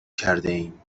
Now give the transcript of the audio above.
کردهایم